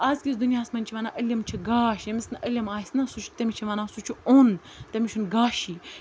اَزکِس دُنیاہَس منٛز چھِ وَنان علم چھِ گاش ییٚمِس نہٕ علم آسہِ نہ سُہ چھِ تٔمِس چھِ وَنان سُہ چھُ اوٚن تٔمِس چھُنہٕ گاشے